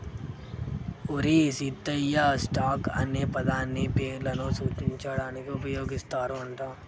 ఓరి సీతయ్య, స్టాక్ అనే పదాన్ని పేర్లను సూచించడానికి ఉపయోగిస్తారు అంట